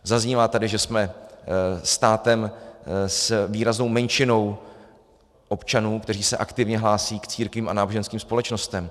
Zaznívá tady, že jsme státem s výraznou menšinou občanů, kteří se aktivně hlásí k církvím a náboženským společnostem.